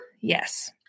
Yes